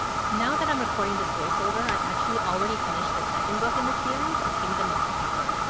now that i'm recording this voice over, i'm actually already finished the second book in the series, the kingdom of copper.